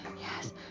Yes